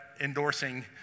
endorsing